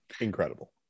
incredible